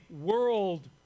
world